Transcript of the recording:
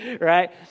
right